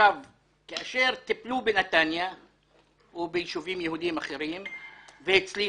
כאשר טיפלו בנתניה או ביישובים יהודיים אחרים והצליחו,